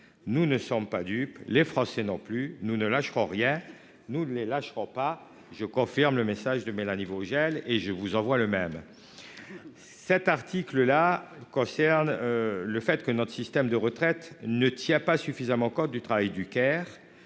Nous ne sommes pas dupes, les Français non plus. Nous ne lâcherons rien. Nous ne les lâcherons pas. » Je confirme le message de Mélanie Vogel et je vous envoie le même. Notre système de retraite ne tient pas suffisamment compte du travail du,